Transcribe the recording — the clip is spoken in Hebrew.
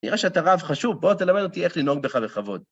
נראה שאתה רב חשוב, בוא תלמד אותי איך לנהוג בך לכבוד.